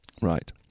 Right